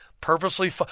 Purposely